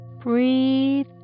breathe